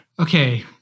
Okay